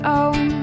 own